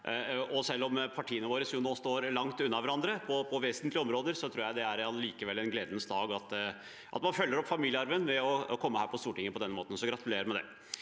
Selv om partiene våre nå står langt unna hverandre på vesentlige områder, tror jeg allikevel det er en gledens dag at man følger opp familiearven ved å komme på Stortinget på den måten. Gratulerer med det.